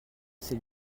ses